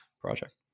project